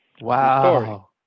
Wow